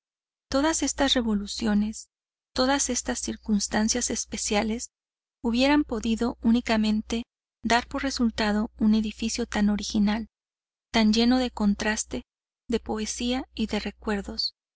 todas estas revoluciones todas estas circunstancias especiales hubieran podido únicamente dar por resultado un edificio tan original tan lleno de contraste de poesía y de recuerdos